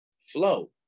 flow